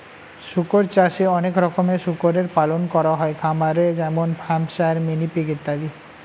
শুকর চাষে অনেক রকমের শুকরের পালন করা হয় খামারে যেমন হ্যাম্পশায়ার, মিনি পিগ ইত্যাদি